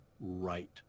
right